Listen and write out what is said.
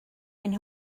ein